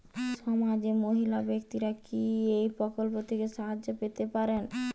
সমাজের মহিলা ব্যাক্তিরা কি এই প্রকল্প থেকে সাহায্য পেতে পারেন?